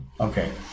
okay